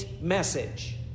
message